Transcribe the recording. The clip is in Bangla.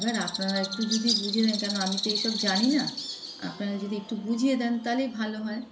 এবার আপনারা একটু যদি বুঝিয়ে দেন কেন আমি তো এইসব জানি না আপনারা যদি একটু বুঝিয়ে দেন তাহলেই ভালো হয়